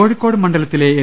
കോഴിക്കോട് മണ്ഡലത്തിലെ എൽ